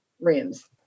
rooms